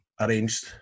arranged